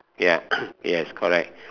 ya yes correct